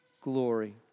glory